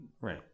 Right